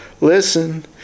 Listen